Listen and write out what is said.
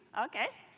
okay.